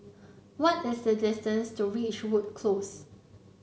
what is the distance to Ridgewood Close